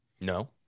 No